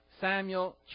Samuel